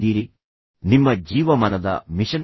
ಮತ್ತು ನಿಮ್ಮ ಜೀವಮಾನದ ಮಿಷನ್ ಏನು